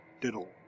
diddle